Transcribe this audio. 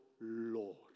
Lord